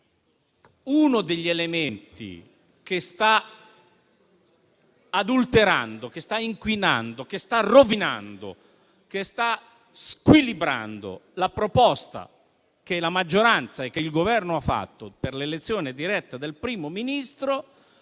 uno degli elementi che sta adulterando, inquinando, rovinando, squilibrando la proposta che la maggioranza e che il Governo hanno fatto per l'elezione diretta del Primo ministro